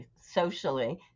socially